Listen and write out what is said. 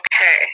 okay